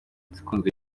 zikunzwe